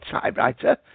typewriter